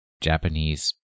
Japanese